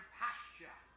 pasture